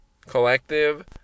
collective